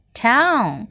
town